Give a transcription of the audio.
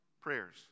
prayers